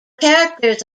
characters